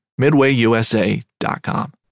MidwayUSA.com